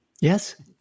Yes